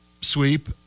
sweep